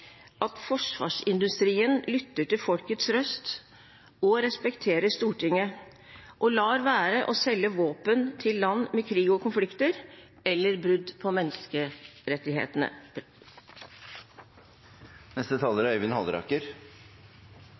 at forsvarsindustrien lytter til folkets røst, respekterer Stortinget og lar være å selge våpen til land med krig og konflikter eller brudd på menneskerettighetene. Eksport av forsvarsmateriell er